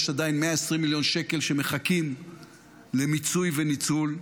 יש עדיין 120 מיליון שקל שמחכים למיצוי וניצול,